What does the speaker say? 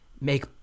make